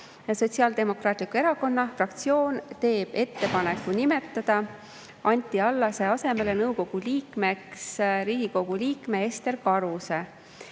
Sotsiaaldemokraatliku Erakonna fraktsioon teeb ettepaneku nimetada Anti Allase asemele nõukogu liikmeks Riigikogu liikme Ester Karuse.